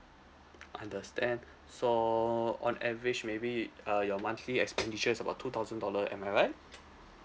understand so on average maybe uh your monthly expenditure is about two thousand dollar am I right